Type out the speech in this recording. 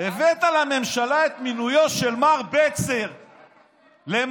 הבאת לממשלה את מינויו של מר בצר למנכ"ל.